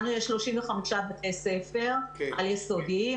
לנו יש 35 בתי ספר על-יסודיים,